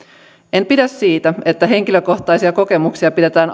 en pidä siitä että henkilökohtaisia kokemuksia pidetään